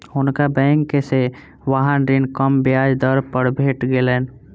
हुनका बैंक से वाहन ऋण कम ब्याज दर पर भेट गेलैन